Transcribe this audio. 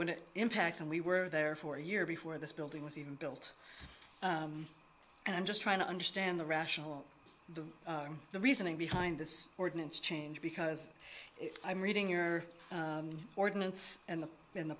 when it impacts and we were there for a year before this building was even built and i'm just trying to understand the rational the reasoning behind this ordinance change because if i'm reading your ordinance and the in the